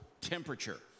temperature